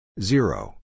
Zero